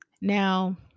Now